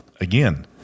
Again